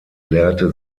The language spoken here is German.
lehrte